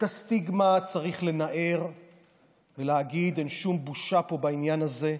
את הסטיגמה צריך לנער ולהגיד: אין שום בושה פה בעניין הזה.